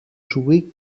jouée